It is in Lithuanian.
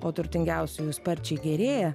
o turtingiausiųjų sparčiai gerėja